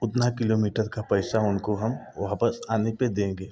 उतना किलोमीटर का पैसा उनको हम वापस आने पे देंगे